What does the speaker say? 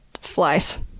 flight